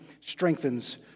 strengthens